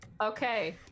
Okay